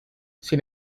sin